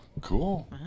Cool